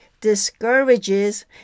discourages